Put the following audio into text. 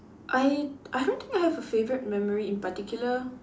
I I don't think I have a favourite memory in particular